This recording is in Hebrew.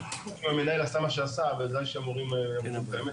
מנהל עשה מה שעשה בגלל שמורים אמרו את האמת,